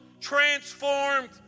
transformed